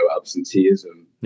absenteeism